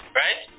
right